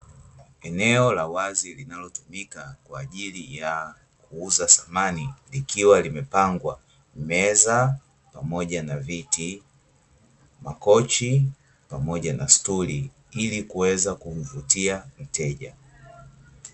Eneo la wazi linalotumika kwa ajili ya kuuza samani, likiwa limepangwa meza pamoja na viti, makochi pamoja na stuli, ili kuweza kumvutia mteja.